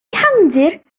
ehangdir